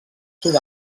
sud